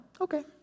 Okay